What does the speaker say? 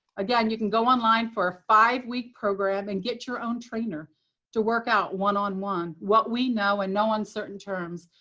again, you can go online for a five-week program and get your own trainer to work out one on one, what we know, in no uncertain terms,